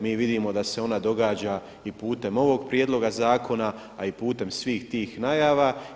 Mi vidimo da se ona događa i putem ovog prijedloga zakona, a i putem svih tih najava.